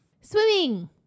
Swimming